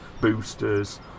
boosters